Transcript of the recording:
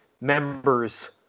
members